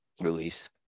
release